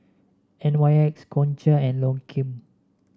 N Y X Gongcha and Lancome